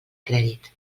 crèdit